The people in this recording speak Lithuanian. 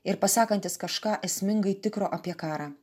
ir pasakantys kažką esmingai tikro apie karą